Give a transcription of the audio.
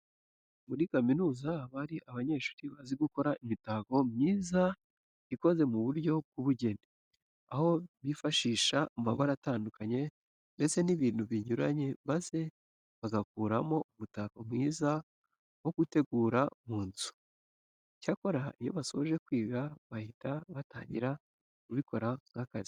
Muri kaminuza haba hari abanyeshuri bazi gukora imitako myiza ikoze mu buryo bw'ubugeni, aho bifashisha amabara atandukanye ndetse n'ibintu binyuranye maze bagakuramo umutako mwiza wo gutegura mu mazu. Icyakora iyo basoje kwiga bahita batangira kubikora nk'akazi.